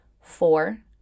Four